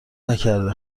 نکرده